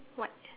white